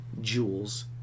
jewels